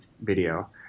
video